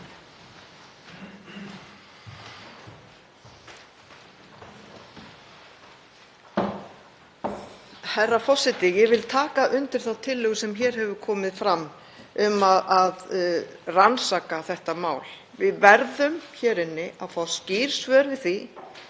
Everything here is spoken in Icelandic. Herra forseti. Ég vil taka undir þá tillögu sem hér hefur komið fram um að rannsaka þetta mál. Við hér inni verðum að fá skýr svör við því